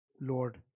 Lord